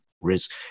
risk